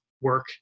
work